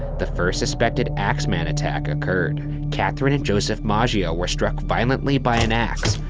the first suspected axe man attack occurred. catherine and joseph maggio were struck violently by an axe.